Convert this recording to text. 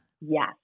Yes